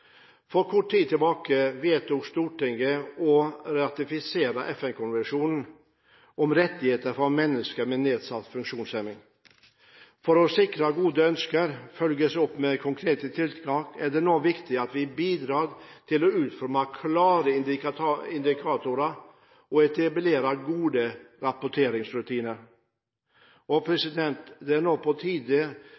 for kvinner. For kort tid tilbake vedtok Stortinget å ratifisere FN-konvensjonen om rettigheter for mennesker med nedsatt funksjonsevne. For å sikre at gode ønsker følges opp med konkrete tiltak, er det nå viktig at vi bidrar til å utforme klare indikatorer og etablere gode rapporteringsrutiner.